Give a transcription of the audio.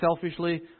selfishly